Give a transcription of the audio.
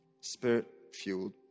spirit-fueled